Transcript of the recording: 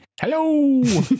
hello